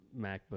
MacBook